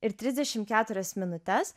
ir trisdešim keturias minutes